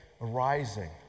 arising